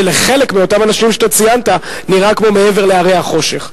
שלחלק מאותם אנשים שאתה ציינת נראה כמו מעבר להרי החושך,